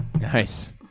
nice